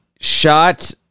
shot